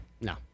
No